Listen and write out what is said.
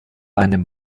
einem